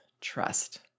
trust